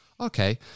Okay